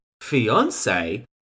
fiance